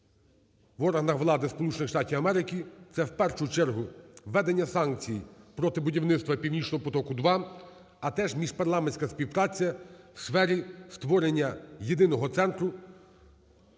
Штатів Америки. Це, в першу чергу, введення санкцій проти будівництва "Північного потоку – 2", а теж міжпарламентська співпраця у сфері створення єдиного центру